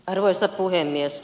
arvoisa puhemies